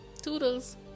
Toodles